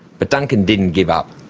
but duncan didn't give up.